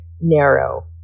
narrow